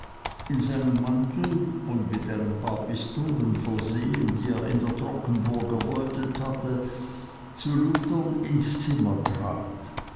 in seinem mantel und mit einem paar pistolen versehen die er in der tronkenburg erbeutet hatte zu luthern ins zimmer trat